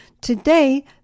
Today